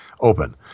open